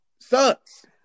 sucks